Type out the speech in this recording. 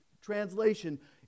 translation